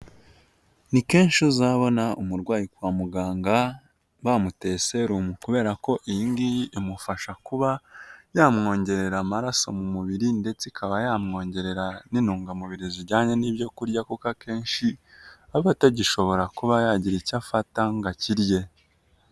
Ni kenshi uzabona umurwayi kwa muganga bamuteye serumu kubera ko iyingiyi imufasha kuba yamwongerera amaraso mu mubiri ndetse ikaba yamwongerera n'intungamubiri zijyanye n'ibyo kurya, kuko akenshi aba atagishobora kuba yagira icyo afata ngo akirye.